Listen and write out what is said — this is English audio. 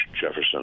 Jefferson